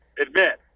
admit